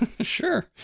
Sure